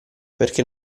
perché